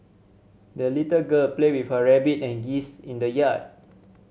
the little girl played with her rabbit and geese in the yard